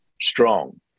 strong